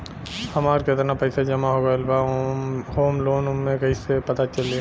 हमार केतना पईसा जमा हो गएल बा होम लोन वाला मे कइसे पता चली?